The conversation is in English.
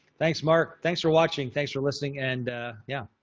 thanks mark. thanks for watching. thanks for listening. and, yeah,